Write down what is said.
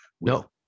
no